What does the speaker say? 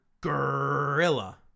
Gorilla